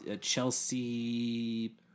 Chelsea